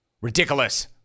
Ridiculous